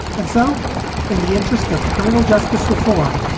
and so in the interest of criminal justice reform,